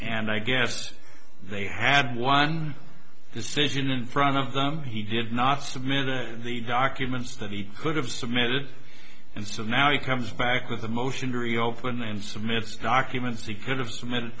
and i guess they had one decision in front of them he did not submit the documents that he could have submitted and so now he comes back with a motion to reopen and submits documents he could have submitted